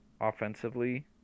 offensively